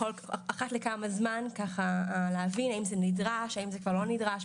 אחת לכמה זמן ככה להבין האם זה נדרש או האם זה לא נדרש,